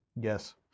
Yes